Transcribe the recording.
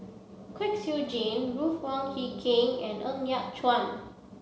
Kwek Siew Jin Ruth Wong Hie King and Ng Yat Chuan